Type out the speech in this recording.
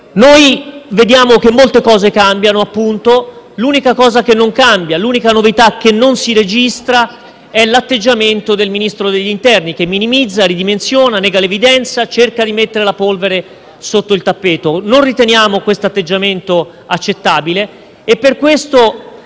Noi vediamo che molte cose cambiano; l'unica cosa che non cambia, l'unica novità che non si registra è l'atteggiamento del Ministro dell'interno, che minimizza, ridimensiona, nega l'evidenza, cerca di mettere la polvere sotto il tappeto. Non riteniamo questo atteggiamento accettabile e per questo